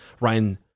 Ryan